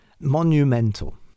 monumental